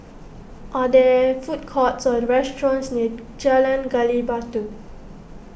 are there food courts or restaurants near Jalan Gali Batu